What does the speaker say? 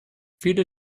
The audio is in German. viele